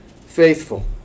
faithful